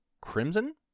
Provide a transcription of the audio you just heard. Crimson